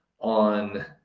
on